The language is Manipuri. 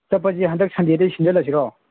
ꯆꯠꯄꯁꯤ ꯍꯟꯗꯛ ꯁꯟꯗꯦꯗ ꯑꯣꯏ ꯁꯤꯟꯖꯜꯂꯁꯤꯔꯣ